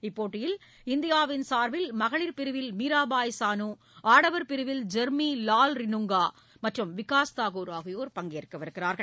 இப்போட்டியில் இந்தியாவின் சார்பில் மகளிர் பிரிவில் மீராபாய் சானு ஆடவர் பிரிவில் ஜெர்மி லால்ரினுங்கா மற்றும் விகாஸ் தாகூர் ஆகியோர் பங்கேற்க உள்ளனர்